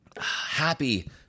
Happy